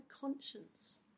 conscience